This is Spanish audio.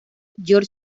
georg